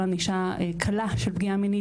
כל ענישה קלה של פגיעה מינית,